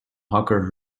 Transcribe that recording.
hawker